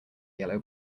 yellow